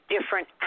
different